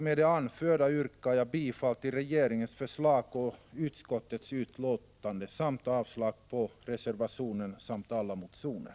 Med det anförda yrkar jag bifall till regeringens förslag och utskottets hemställan samt avslag på reservationen och alla motioner.